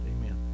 amen